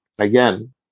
Again